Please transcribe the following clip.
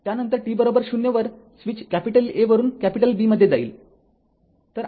त्यानंतर t 0 वर switch A वरून B मध्ये जाईल